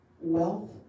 wealth